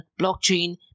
blockchain